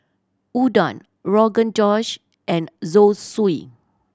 Udon Rogan Josh and Zosui